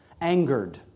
angered